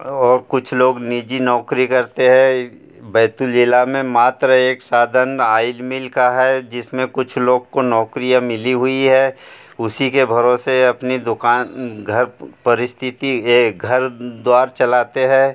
और कुछ लोग निजी नौकरी करते हैं बैतूल ज़िला में मात्र एक साधन आइल मिल का है जिस में कुछ लोग को नौकरियाँ मिली हुई है उसी के भरोसे अपनी दुकान घर परिस्थिति ये घर द्वार चलाते हैं